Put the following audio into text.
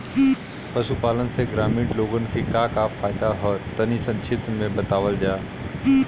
पशुपालन से ग्रामीण लोगन के का का फायदा ह तनि संक्षिप्त में बतावल जा?